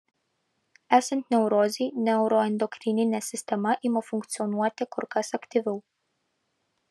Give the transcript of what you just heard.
esant neurozei neuroendokrininė sistema ima funkcionuoti kur kas aktyviau